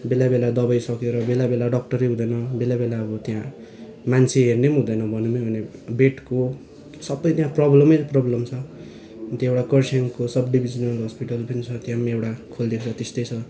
बेलाबेला दबाई सकिएर बेलाबेला डक्टरै हुँदैन बेलाबेला अब त्यहाँ मान्छे हेर्ने पनि हुँदैन भनौँ नै भने बेडको सबै त्यहाँ प्रोब्लमै प्रोब्लम छ अन्त एउटा खरसाङको सबडिभिजनल हस्पिटल पनि छ त्यहाँ पनि एउटा खोलिएको छ त्यस्तै छ